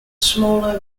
smaller